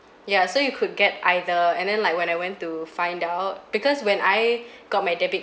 ya so you could get either and then like when I went to find out because when I got my debit